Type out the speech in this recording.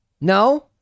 No